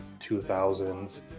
2000s